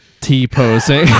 t-posing